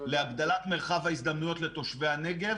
להגדלת מרחב ההזדמנויות לתושבי הנגב,